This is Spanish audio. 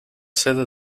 sede